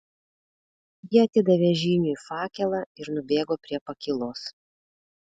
ji atidavė žyniui fakelą ir nubėgo prie pakylos